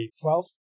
Twelve